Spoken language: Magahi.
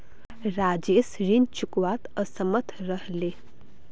राजेश ऋण चुकव्वात असमर्थ रह ले